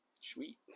Sweet